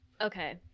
Okay